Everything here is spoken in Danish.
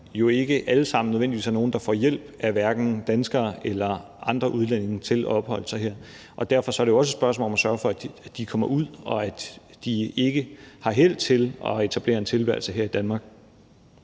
jo ikke nødvendigvis alle sammen nogle, der får hjælp af hverken danskere eller andre udlændinge til at opholde sig her. Derfor er det jo også et spørgsmål om at sørge for, at de kommer ud, og at de ikke har held til at etablere en tilværelse her i Danmark.